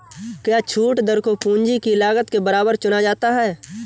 क्या छूट दर को पूंजी की लागत के बराबर चुना जाता है?